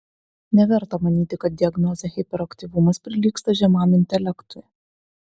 neverta manyti kad diagnozė hiperaktyvumas prilygsta žemam intelektui